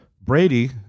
Brady